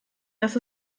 dass